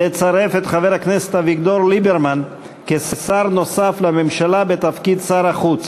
לצרף את חבר הכנסת אביגדור ליברמן כשר נוסף לממשלה בתפקיד שר החוץ.